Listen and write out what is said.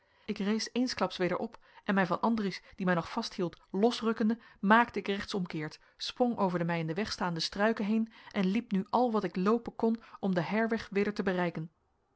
ik rees eensklaps weder op en mij van andries die mij nog vasthield losrukkende maakte ik rechtsomkeert sprong over de mij in den weg staande struiken heen en liep nu al wat ik loopen kon om den heirweg weder te bereiken